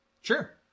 Sure